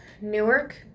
Newark